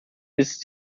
ist